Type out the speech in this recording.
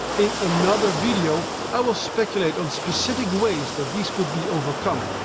in another video, i will speculate on specific ways that these could be overcome.